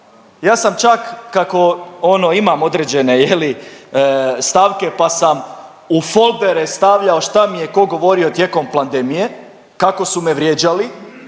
Ja sam čak kako ono imam određene je li stavke, pa sam u foldere stavljao šta mi je ko govorio tijekom plandemije, kako su me vrijeđali,